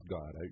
God